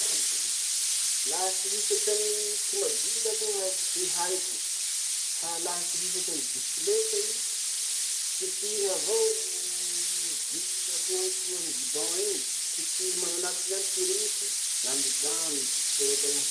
Laha ty hisatry amy tomabily aloha tsy haiko fa laha ty hisatry amy bisikileta i, kitihy avao vy aloha etoa amy guidon iny, kitihy mana anatiny any, pirity, la mijano bisikileta iny.